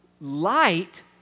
Light